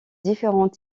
différents